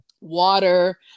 Water